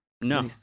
No